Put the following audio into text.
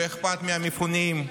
לא אכפת מהמפונים,